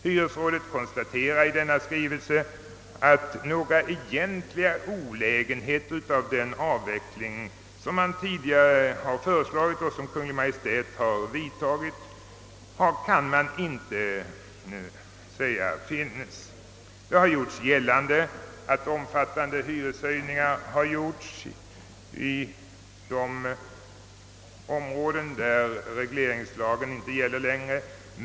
Hyresrådet konstaterar i denna skrivelse att några egentliga olägenheter inte uppkommit genom den avveckling som man tidigare har föreslagit och som Kungl. Maj:t har vidtagit. Det har gjorts gällande att omfattande hyreshöjningar gjorts i de områden där regleringslagen inte gäller längre.